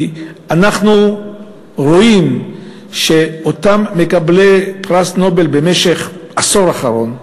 כי אנחנו רואים שאותם מקבלי פרס נובל במשך העשור האחרון,